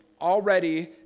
already